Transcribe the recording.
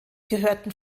gehörten